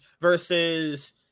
versus